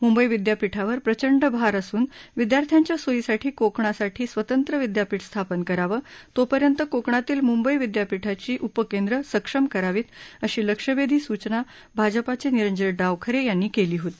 मुंबई विद्यापीठावर प्रचंड भार असून विद्यार्थ्यांच्या सोयीसाठी कोकणासाठी स्वतंत्र विद्यापीठ स्थापन करावं तोपर्यंत कोकणातील मुंबई विद्यापीठाची उपकेंद्र सक्षम करावीत अशी लक्षवेधी सूचना भाजपाचे निरंजन डावखरे यांनी केली होती